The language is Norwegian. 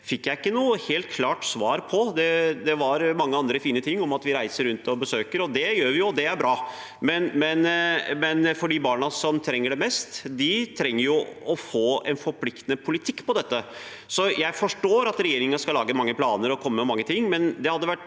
fikk jeg ikke et helt klart svar på. Statsråden sa mange andre fine ting, bl.a. om at man reiser rundt og besøker. Det gjør man, og det er bra. Men de barna som trenger det mest, trenger en forpliktende politikk på dette området. Jeg forstår at regjeringen skal lage mange planer og komme med mange ting, men det hadde vært